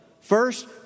first